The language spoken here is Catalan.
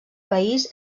país